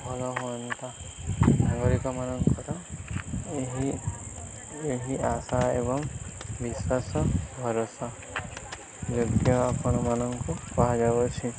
ଭଲ ହୁଅନ୍ତା ନାଗରିକମାନଙ୍କର ଏହି ଏହି ଆଶା ଏବଂ ବିଶ୍ୱାସ ଭରସାଯୋଗ୍ୟ ଆପଣମାନଙ୍କୁ କହାଯାଉଛି